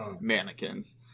mannequins